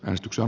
menestyksen